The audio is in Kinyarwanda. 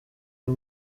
uyu